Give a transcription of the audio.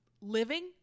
living